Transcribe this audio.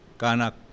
kanak